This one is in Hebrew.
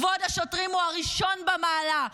כבוד השוטרים הוא הראשון במעלה.